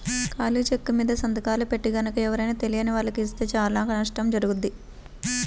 ఖాళీ చెక్కుమీద సంతకాలు పెట్టి గనక ఎవరైనా తెలియని వాళ్లకి ఇస్తే చానా నష్టం జరుగుద్ది